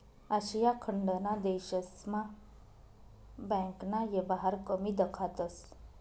आशिया खंडना देशस्मा बँकना येवहार कमी दखातंस